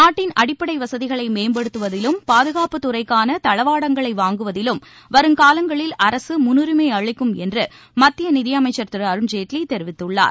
நாட்டின் அடிப்படை வசதிகளை மேம்படுத்துவதிலும் பாதுகாப்புத்துறைக்கான தளவாடங்களை வாங்குவதிலும் வருங்காலங்களில் அரசு முன்னுரிளம் அளிக்கும் என்று மத்திய நிதியமைச்சர் திரு அருண்ஜேட்லி தெரிவித்துள்ளார்